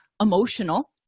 emotional